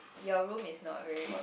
your room is not very